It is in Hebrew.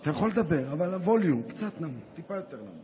אתה יכול לדבר אבל הווליום, טיפה נמוך יותר.